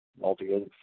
altogether